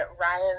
Ryan